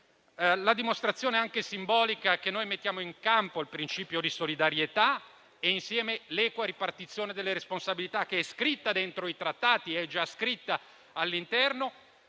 la dimostrazione anche simbolica che mettiamo in campo, il principio di solidarietà e, insieme, l'equa ripartizione delle responsabilità, che già è scritta dentro i Trattati e oggi dobbiamo